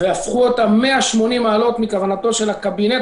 והפכו אותה 180 מעלות מכוונתו של הקבינט.